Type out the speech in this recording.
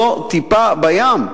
זו טיפה בים,